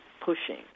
pushing